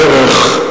בערך,